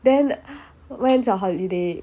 then when's your holiday